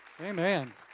Amen